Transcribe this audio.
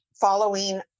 following